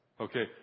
Okay